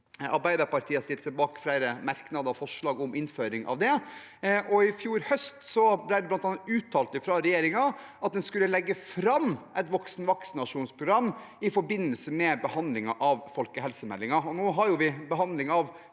Arbeiderpartiet har stilt seg bak flere merknader og forslag om innføring av det. I fjor høst ble det bl.a. uttalt fra regjeringen at en skulle legge fram et voksenvaksinasjonsprogram i forbindelse med behandlingen av folkehelsemeldingen. Nå har vi behandlingen av